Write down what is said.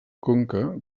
conca